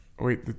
wait